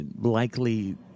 likely